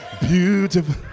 Beautiful